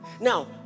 Now